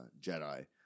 Jedi